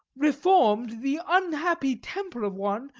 reformed the unhappy temper of one,